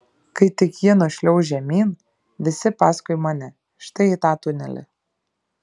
kai tik ji nušliauš žemyn visi paskui mane štai į tą tunelį